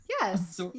Yes